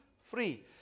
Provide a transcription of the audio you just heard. free